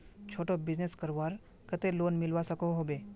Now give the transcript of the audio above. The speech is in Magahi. छोटो बिजनेस करवार केते लोन मिलवा सकोहो होबे?